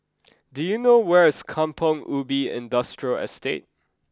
do you know where is Kampong Ubi Industrial Estate